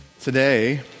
Today